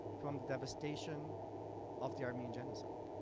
from the devastation of the armenian genocide.